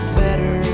better